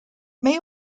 may